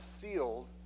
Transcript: sealed